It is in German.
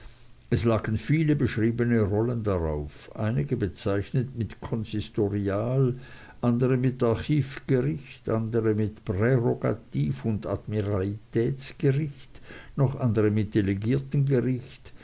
es lagen viele beschriebene rollen darauf einige bezeichnet mit konsistorial andere mit archivgericht andere mit prerogativ und admiralitätsgericht noch andere mit